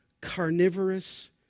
carnivorous